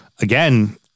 again